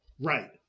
Right